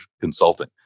consulting